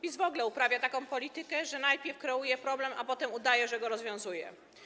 PiS w ogóle uprawia taką politykę, że najpierw kreuje problem, a potem udaje, że go rozwiązuje.